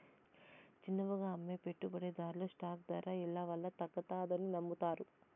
చిన్నవిగా అమ్మే పెట్టుబడిదార్లు స్టాక్ దర ఇలవల్ల తగ్గతాదని నమ్మతారు